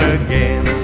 again